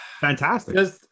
Fantastic